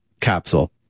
capsule